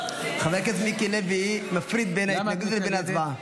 חבר הכנסת מיקי לוי מפריד בין ההתנגדות לבין ההצבעה.